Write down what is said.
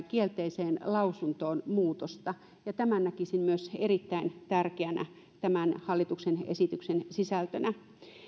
kielteiseen lausuntoon muutosta tämän näkisin myös erittäin tärkeänä tämän hallituksen esityksen sisältönä